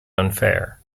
unfair